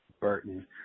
Burton